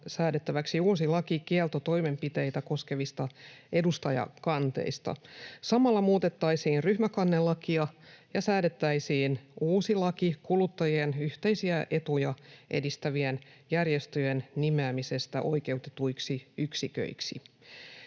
säädettäväksi uusi laki kieltotoimenpiteitä koskevista edustajakanteista. Samalla muutettaisiin ryhmäkannelakia ja säädettäisiin uusi laki kuluttajien yhteisiä etuja edistävien järjestöjen nimeämisestä oikeutetuiksi yksiköiksi.